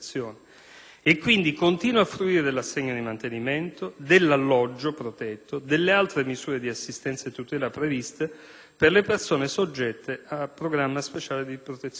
e, quindi, continua a fruire dell'assegno di mantenimento, dell'alloggio protetto e delle altre misure di assistenza e tutela previste per le persone soggette a programma speciale di protezione.